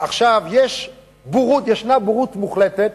עכשיו, ישנה בורות מוחלטת